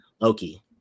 Loki